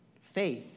Faith